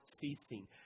ceasing